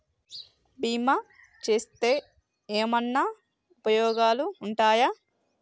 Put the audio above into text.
బీమా చేస్తే ఏమన్నా ఉపయోగాలు ఉంటయా?